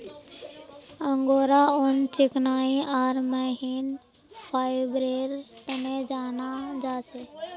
angora ऊन चिकनाई आर महीन फाइबरेर तने जाना जा छे